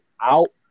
out